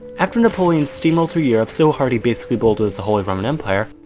after napoleon steamrolled through europe so hard he basically bulldozed the holy roman empire,